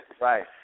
Right